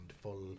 full